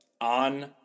on